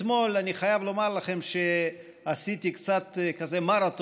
אתמול אני חייב לומר לכם שעשיתי קצת מרתון,